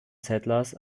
settlers